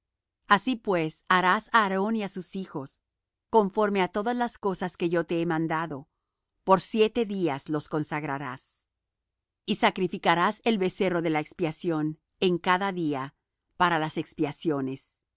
así pues harás á aarón y á sus hijos conforme á todas las cosas que yo te he mandado por siete días los consagrarás y sacrificarás el becerro de la expiación en cada día para las expiaciones